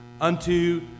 unto